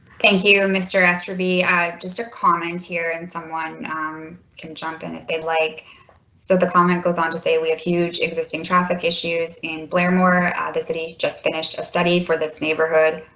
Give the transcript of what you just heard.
thank you mr. aster be just a comment here and someone um can jump in if they like so the comment goes on to say we have huge existing traffic issues in blairmore. ah the city just finished a study for this neighborhood.